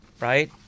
right